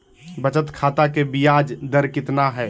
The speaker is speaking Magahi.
बचत खाता के बियाज दर कितना है?